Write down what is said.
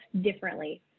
differently